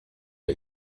der